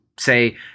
say